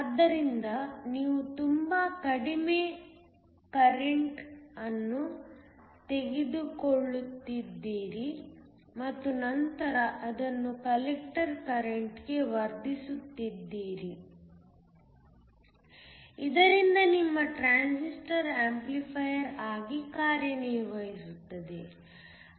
ಆದ್ದರಿಂದ ನೀವು ತುಂಬಾ ಕಡಿಮೆ ಕರೆಂಟ್ ಅನ್ನು ತೆಗೆದುಕೊಳ್ಳುತ್ತಿದ್ದೀರಿ ಮತ್ತು ನಂತರ ಅದನ್ನು ಕಲೆಕ್ಟರ್ ಕರೆಂಟ್ಗೆ ವರ್ಧಿಸುತ್ತಿದ್ದೀರಿ ಇದರಿಂದ ನಿಮ್ಮ ಟ್ರಾನ್ಸಿಸ್ಟರ್ ಆಂಪ್ಲಿಫೈಯರ್ ಆಗಿ ಕಾರ್ಯನಿರ್ವಹಿಸುತ್ತದೆ